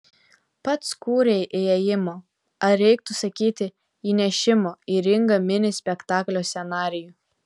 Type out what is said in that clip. pats kūrei įėjimo ar reiktų sakyti įnešimo į ringą mini spektaklio scenarijų